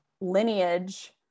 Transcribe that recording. lineage